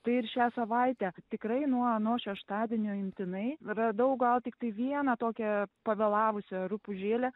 tai ir šią savaitę tikrai nuo nuo šeštadienio imtinai radau gal tiktai vieną tokią pavėlavusią rupūžėlę